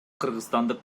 кыргызстандык